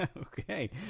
Okay